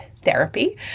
therapy